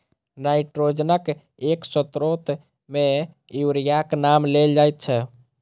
नाइट्रोजनक एक स्रोत मे यूरियाक नाम लेल जाइत छै